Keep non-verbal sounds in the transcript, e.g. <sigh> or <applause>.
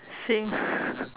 same <laughs>